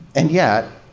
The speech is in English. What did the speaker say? and yet